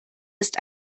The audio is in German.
ist